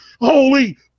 Holy